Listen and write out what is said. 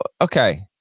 Okay